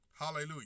Hallelujah